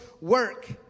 work